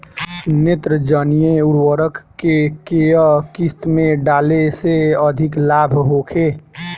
नेत्रजनीय उर्वरक के केय किस्त में डाले से अधिक लाभ होखे?